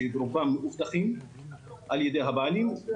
שרובם מאובטחים על ידי בעלי בתי הספר,